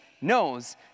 knows